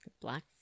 Black